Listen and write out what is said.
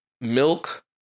Milk